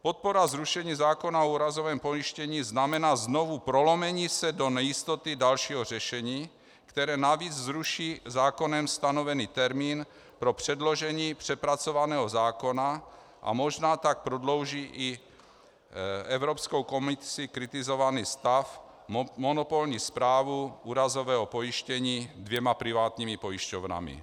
Podpora zrušení zákona o úrazovém pojištění znamená znovu prolomení se do nejistoty dalšího řešení, které navíc zruší zákonem stanovený termín pro předložení přepracovaného zákona a možná tak prodlouží i Evropskou komisí kritizovaný stav, monopolní správu úrazového pojištění dvěma privátními pojišťovnami.